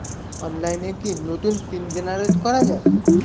অনলাইনে কি নতুন পিন জেনারেট করা যায়?